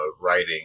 writing